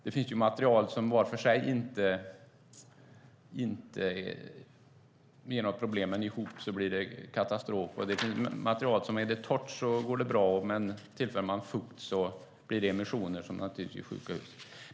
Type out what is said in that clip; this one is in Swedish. Det finns ju material som i sig inte ger några problem men ihop med andra blir det katastrof, och det finns material som är bra om de är torra, men tillför man fukt blir det emissioner som ger sjuka hus.